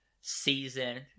season